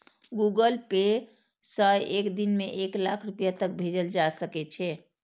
Google Pay सं एक दिन मे एक लाख रुपैया तक भेजल जा सकै छै